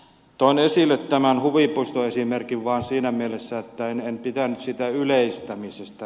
toin esille tämän huvipuistoesimerkin vain siinä mielessä että en pitänyt siitä yleistämisestä